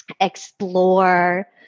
explore